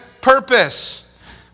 purpose